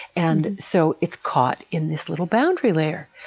and so it's caught in this little boundary layer.